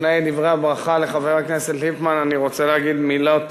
לפני דברי הברכה לחבר הכנסת ליפמן אני רוצה להגיד מילות